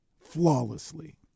flawlessly